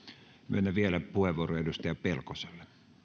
myönnän vielä puheenvuoron edustaja pelkoselle